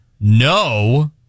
No